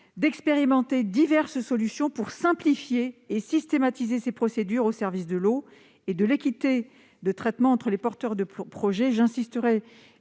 d'expérimenter diverses solutions pour simplifier et systématiser ces procédures au service de l'eau et de l'équité de traitement entre les porteurs de projet. Grâce